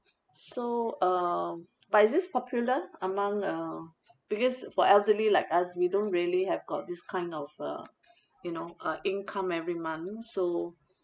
so um but is this popular among uh because for elderly like us we don't really have got this kind of uh you know uh income every month so